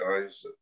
guys